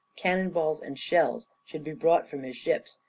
cannon-balls and shells, should be brought from his ships,